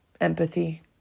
Empathy